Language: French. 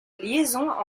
liaisons